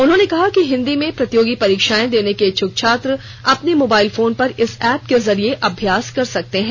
उन्होंने कहा कि हिन्दी में प्रतियोगी परीक्षाएं देने के इच्छुक छात्र अपने मोबाइल फोन पर इस ऐप के जरिये अभ्यास कर सकते हैं